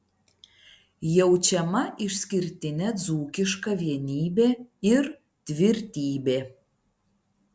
jaučiama išskirtinė dzūkiška vienybė ir tvirtybė